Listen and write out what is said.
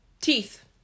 Teeth